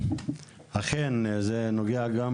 אכן, זה נוגע גם